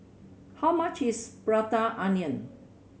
how much is Prata Onion